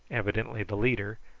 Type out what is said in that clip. evidently the leader,